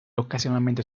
occasionalmente